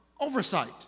oversight